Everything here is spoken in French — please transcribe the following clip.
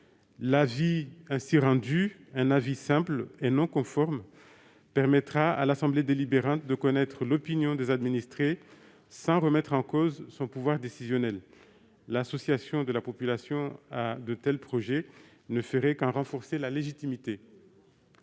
L'avis ainsi rendu- un avis simple, et non conforme -, permettra à l'assemblée délibérante de connaître l'opinion des administrés, sans que cela remette en cause son pouvoir décisionnel. L'association de la population à de tels projets ne ferait qu'en renforcer la légitimité.